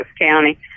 County